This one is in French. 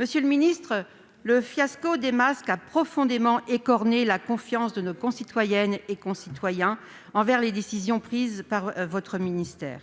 Monsieur le ministre, le fiasco des masques a profondément écorné la confiance de nos concitoyennes et concitoyens envers les décisions prises par votre ministère.